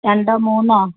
രണ്ടോ മൂന്നോ